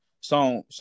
song